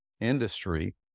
industry